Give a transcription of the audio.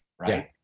right